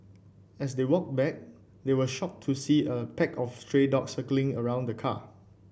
as they walked back they were shocked to see a pack of stray dog circling around the car